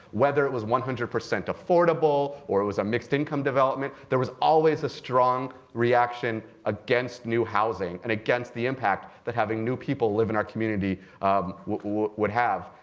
whether it was one hundred percent affordable or it was a mixed income development, there was always a strong reaction against new housing and against the impact that having new people live in our community would would have.